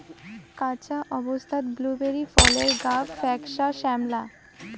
কাঁচা অবস্থাত ব্লুবেরি ফলের গাব ফ্যাকসা শ্যামলা